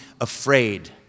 afraid